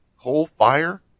Coal-fire